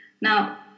Now